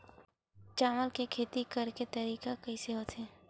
चावल के खेती करेके तरीका कइसे होथे?